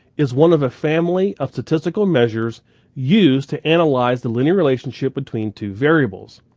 is one of a family of statistical measures used to analyze the linear relationship between two variables.